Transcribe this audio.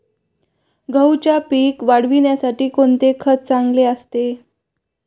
गहूच्या पीक वाढीसाठी कोणते खत चांगले असते?